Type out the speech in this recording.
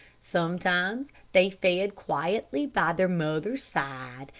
sometimes they fed quietly by their mothers' sides,